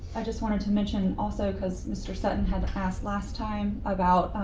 i just wanted to mention also because mr. sutton had asked last time about